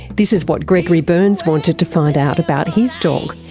this is what gregory berns wanted to find out about his dog,